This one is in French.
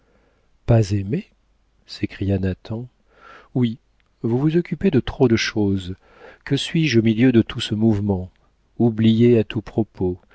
pas aimée s'écria nathan oui vous vous occupez de trop de choses que suis-je au milieu de tout ce mouvement oubliée à tout propos